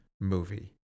movie